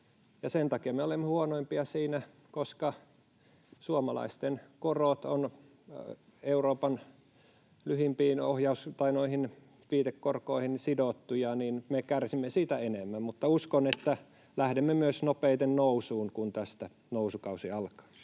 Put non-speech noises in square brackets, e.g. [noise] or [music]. sen takia me olemme huonoimpia siinä, koska suomalaisten korot ovat Euroopan lyhimpiin viitekorkoihin sidottuja, ja me kärsimme siitä enemmän. [noise] Mutta uskon, että lähdemme myös nopeiten nousuun, kun tästä nousukausi alkaa.